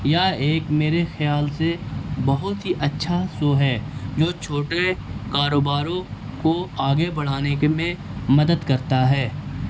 یہ ایک میرے خیال سے بہت ہی اچھا سو ہے جو چھوٹے کاروباروں کو آگے بڑھانے کے میں مدد کرتا ہے